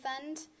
fund